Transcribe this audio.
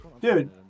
dude